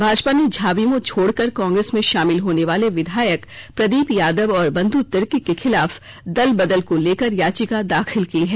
भाजपा ने झाविमो छोड़कर कांग्रेस में शामिल होनेवाले विधायक प्रदीप यादव और बंध् तिर्की के खिलाफ दलबदल को लेकर याचिका दाखिल की है